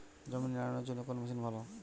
জমি নিড়ানোর জন্য কোন মেশিন ভালো?